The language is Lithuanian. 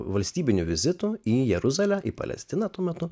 valstybiniu vizitu į jeruzalę į palestiną tuo metu